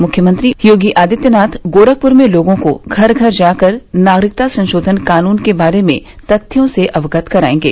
मुख्यमंत्री योगी आदित्यनाथ गोरखपुर में लोगों को घर घर जाकर नागरिकता संशोधन कानून के बारे में तथ्यों से अवगत कराएंगे